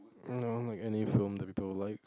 no like any film that people will like